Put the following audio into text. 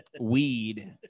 weed